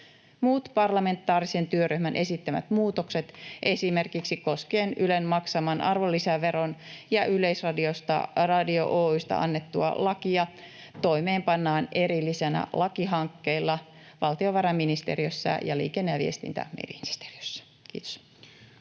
Muut parlamentaarisen työryhmän esittämät muutokset, esimerkiksi koskien Ylen maksamaa arvonlisäveroa ja Yleisradio Oy:stä annettua lakia, toimeenpannaan erillisillä lakihankkeilla valtiovarainministeriössä ja liikenne- ja viestintäministeriössä. — Kiitos.